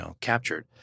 captured